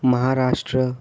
Maharashtra